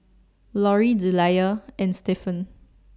Lorri Delia and Stephan